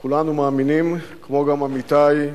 כולנו מאמינים, גם עמיתי,